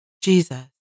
Jesus